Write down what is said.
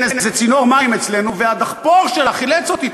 איזה צינור מים אצלנו והדחפור שלה חילץ אותי,